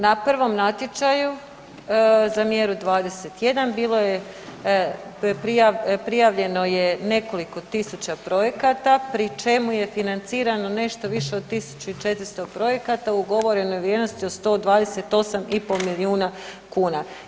Na prvom natječaju za mjeru 21 bilo je, prijavljeno je nekoliko tisuća projekata pri čemu je financirano nešto više od 1.400 projekata u ugovorenoj vrijednosti od 128 i po milijuna kuna.